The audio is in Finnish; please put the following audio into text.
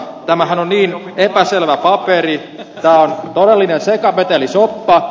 tämähän on niin epäselvä paperi tämä on todellinen sekametelisoppa